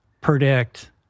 predict